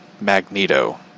Magneto